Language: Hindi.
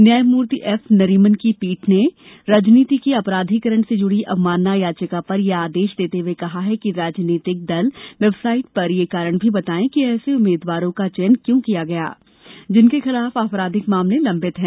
न्यायमूर्ति एफ नरीमन की पीठ ने राजनीति के अपराधीकरण से जुड़ी अवमानना याचिका पर यह आदेश देते हये कहा है कि राजनीतिक दल बेवसाइट पर यह कारण भी बताये कि ऐसे उम्मीदवारों का चयन क्यों किया गया जिनके खिलाफ आपराधिक मामले लंबित हैं